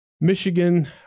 Michigan